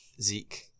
Zeke